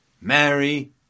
Mary